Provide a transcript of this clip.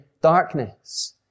darkness